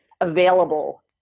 available